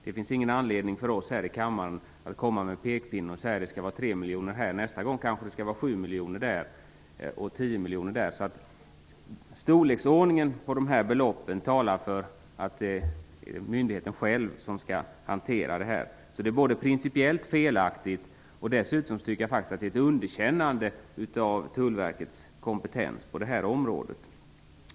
Det finns ingen anledning för oss här i kammaren att komma med pekpinne och säga att det skall vara 3 miljoner här. Nästa gång kanske det skall vara 7 miljoner här och 10 miljoner där. Storleksordningen på beloppen talar för att myndigheten själv skall hantera detta. Så Socialdemokraternas förslag är både princiellt felaktigt och dessutom ett underkännande, tycker jag, av Tullverkets kompetens på området.